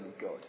God